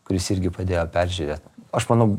kuris irgi padėjo peržiūrėt aš manau